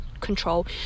control